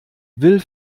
will